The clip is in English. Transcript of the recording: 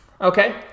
Okay